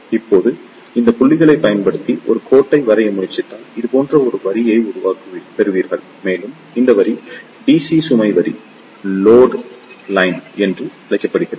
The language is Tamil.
இப்போது இந்த புள்ளிகளைப் பயன்படுத்தி ஒரு கோட்டை வரைய முயற்சித்தால் இது போன்ற ஒரு வரியைப் பெறுவீர்கள் மேலும் இந்த வரி DC சுமை வரி என்று அழைக்கப்படுகிறது